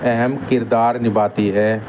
اہم کردار نبھاتی ہے